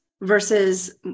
versus